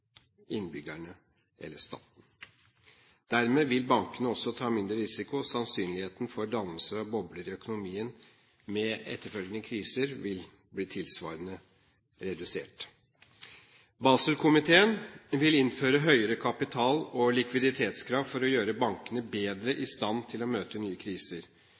innbyggerne eller staten. Dermed vil bankene også ta mindre risiko. Sannsynligheten for dannelser av bobler i økonomien, med etterfølgende kriser, vil bli tilsvarende redusert. Baselkomiteen vil innføre høyere kapital- og likviditetskrav for å gjøre bankene bedre i stand til å møte nye kriser.